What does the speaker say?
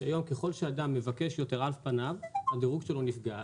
שהיום ככל שאדם מבקש יותר על פניו הדירוג שלו נפגע.